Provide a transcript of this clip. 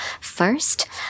first